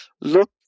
look